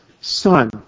son